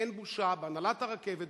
אין בושה בהנהלת הרכבת,